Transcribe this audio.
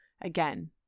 Again